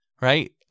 right